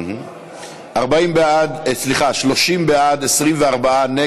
אתרים לאומיים ואתרי הנצחה (תיקון,